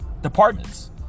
departments